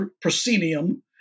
proscenium